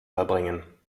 verbringen